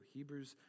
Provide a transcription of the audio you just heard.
Hebrews